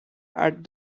add